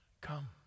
come